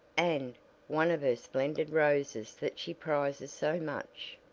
and one of her splendid roses that she prizes so much.